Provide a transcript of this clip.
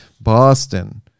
Boston